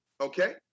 Okay